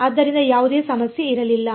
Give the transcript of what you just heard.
ಆದ್ದರಿಂದ ಯಾವುದೇ ಸಮಸ್ಯೆ ಇರಲಿಲ್ಲ